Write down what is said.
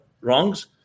wrongs